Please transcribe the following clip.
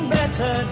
better